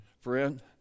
friend